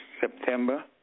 September